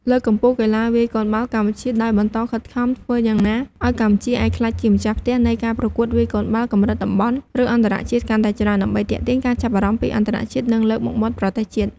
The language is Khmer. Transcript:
លើកកម្ពស់កីឡាវាយកូនបាល់កម្ពុជា ដោយបន្តខិតខំធ្វើយ៉ាងណាឱ្យកម្ពុជាអាចក្លាយជាម្ចាស់ផ្ទះនៃការប្រកួតវាយកូនបាល់កម្រិតតំបន់ ឬអន្តរជាតិកាន់តែច្រើន ដើម្បីទាក់ទាញការចាប់អារម្មណ៍ពីអន្តរជាតិ និងលើកមុខមាត់ប្រទេសជាតិ។